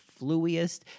fluiest